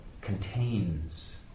contains